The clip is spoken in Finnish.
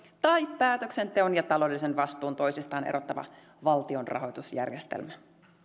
tai päätöksenteon ja taloudellisen vastuun toisistaan erottava valtion rahoitusjärjestelmä